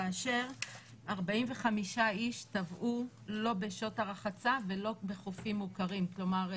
כאשר 45 איש טבעו לא בשעות הרחצה ולא בחופים מוכרים כלומר,